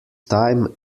time